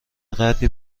قدری